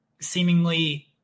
seemingly